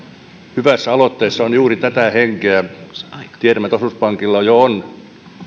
hyvässä aloitteessa on juuri tätä henkeä tiedämme että osuuspankilla jo on